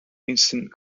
instant